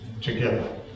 together